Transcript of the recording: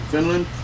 Finland